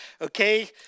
okay